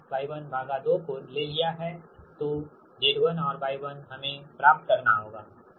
तो Z1 और Y1 हमें प्राप्त करना होगा